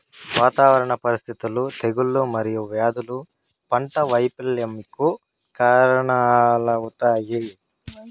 వాతావరణ పరిస్థితులు, తెగుళ్ళు మరియు వ్యాధులు పంట వైపల్యంకు కారణాలవుతాయి